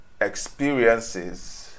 experiences